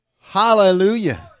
Hallelujah